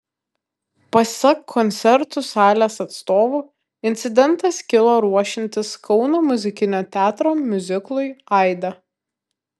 pasak koncertų salės atstovų incidentas kilo ruošiantis kauno muzikinio teatro miuziklui aida